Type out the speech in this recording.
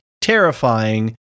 terrifying